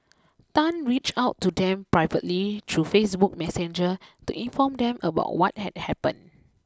Tan reached out to them privately through Facebook Messenger to inform them about what had happened